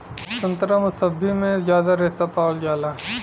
संतरा मुसब्बी में जादा रेशा पावल जाला